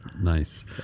Nice